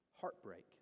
heartbreak